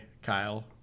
Kyle